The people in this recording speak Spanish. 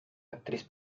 actriz